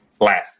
Laugh